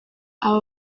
aba